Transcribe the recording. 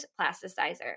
plasticizer